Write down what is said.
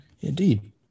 Indeed